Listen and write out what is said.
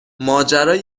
ماجرای